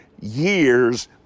years